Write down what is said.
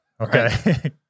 Okay